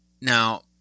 Now